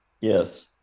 Yes